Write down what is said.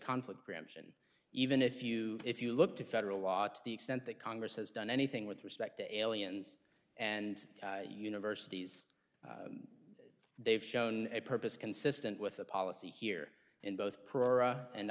conflict preemption even if you if you look to federal law to the extent that congress has done anything with respect to aliens and universities they've shown a purpose consistent with the policy here in both